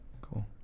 cool